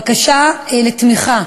בקשה לתמיכה